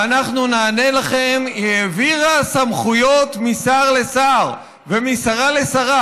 ואנחנו נענה לכם שהיא העבירה סמכויות משר לשר ומשרה לשרה.